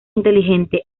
inteligente